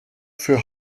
für